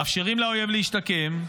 מאפשרים לאויב להשתקם.